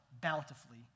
bountifully